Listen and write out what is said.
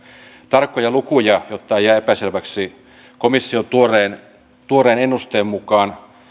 tarkkoja lukuja jotta ei jää epäselväksi komission tuoreen tuoreen ennusteen mukaan